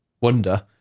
Wonder